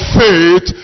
faith